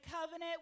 covenant